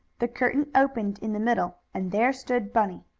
the curtain opened in the middle, and there stood bunny.